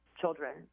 children